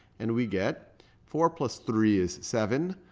and we get four plus three is seven,